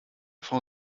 frau